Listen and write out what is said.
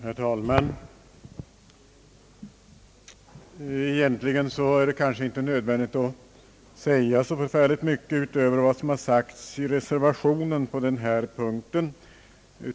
Herr talman! Egentligen är det inte nödvändigt att säga så förfärligt mycket utöver vad som har anförts i reservationen på denna punkt.